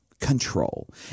Control